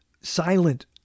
silent